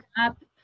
up